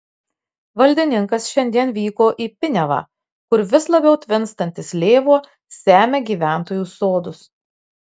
valdininkas šiandien vyko į piniavą kur vis labiau tvinstantis lėvuo semia gyventojų sodus